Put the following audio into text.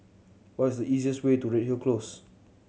what is the easiest way to Redhill Close